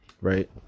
right